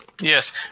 Yes